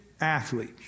athlete